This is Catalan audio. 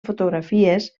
fotografies